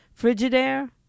Frigidaire